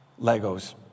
Legos